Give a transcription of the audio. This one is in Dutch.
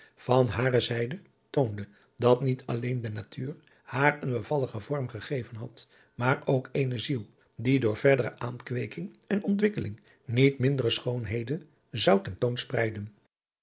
van bare zijde toonde dat niet alleen de natuur haar een bevalligen vorm gegeven had maar ook eene ziel die door verdere aankweeking en ontwikkeling niet mindere schoonheden zou